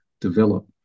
develop